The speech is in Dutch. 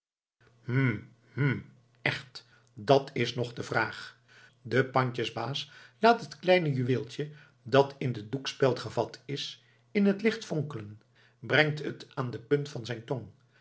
hm hm echt dat is nog de vraag de pandjesbaas laat het kleine juweeltje dat in den doekspeld gevat is in het licht fonkelen brengt het aan de punt van zijn tong